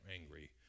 angry